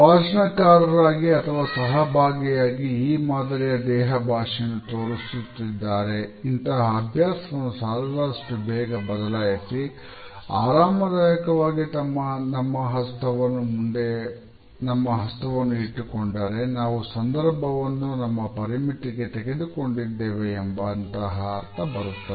ಭಾಷಣಕಾರರಾಗಿ ಅಥವಾ ಸಹಭಾಗಿಯಾಗಿ ಈ ಮಾದರಿಯ ದೇಹಭಾಷೆಯನ್ನು ತೋರಿಸುತ್ತಿದ್ದಾರೆ ಇಂತಹ ಅಭ್ಯಾಸವನ್ನು ಸಾಧ್ಯವಾದಷ್ಟು ಬೇಗ ಬದಲಾಯಿಸಿ ಆರಾಮದಾಯಕವಾಗಿ ನಮ್ಮ ಹಸ್ತವನ್ನು ಇಟ್ಟುಕೊಂಡರೆ ನಾವು ಸಂದರ್ಭವನ್ನು ನಮ್ಮ ಪರಿಮಿತಿಗೆ ತೆಗೆದುಕೊಂಡಿದ್ದೇವೆ ಎಂಬಂತಹ ಅರ್ಥ ಬರುತ್ತದೆ